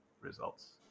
results